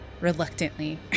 Reluctantly